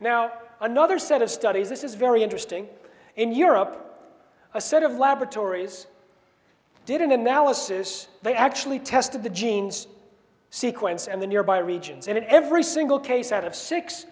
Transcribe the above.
now another set of studies this is very interesting in europe a set of laboratories did an analysis they actually tested the genes sequence and the nearby regions and in every single case out of six